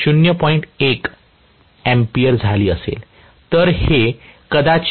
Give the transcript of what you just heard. तर हे कदाचित 0